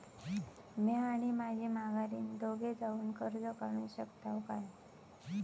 म्या आणि माझी माघारीन दोघे जावून कर्ज काढू शकताव काय?